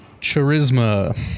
Charisma